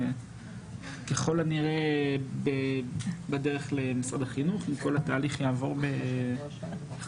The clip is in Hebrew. ככל הנראה בדרך למשרד החינוך אם כל התהליך יעבור חלק.